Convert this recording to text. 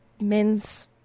men's